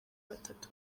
batatu